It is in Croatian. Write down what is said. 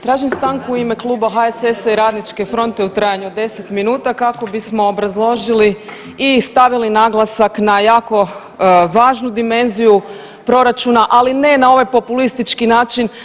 Tražim stanku u ime Kluba HSS-a i Radničke fronte u trajanju od 10 minuta kako bismo obrazložili i stavili naglasak na jako važnu dimenziju proračuna, ali ne na ovaj populistički način.